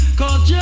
cause